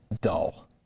dull